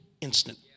instant